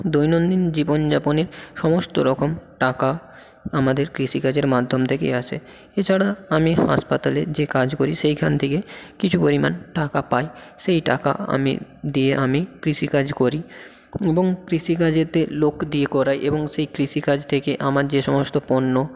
দৈনন্দিন জীবনযাপনের সমস্ত রকম টাকা আমাদের কৃষিকাজের মাধ্যম থেকেই আসে এছাড়া আমি হাসপাতালে যে কাজ করি সেইখান থেকে কিছু পরিমাণ টাকা পাই সেই টাকা আমি দিয়ে আমি কৃষিকাজ করি এবং কৃষিকাজেতে লোক দিয়ে করাই এবং সেই কৃষিকাজ থেকে আমার যে সমস্ত পণ্য